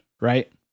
right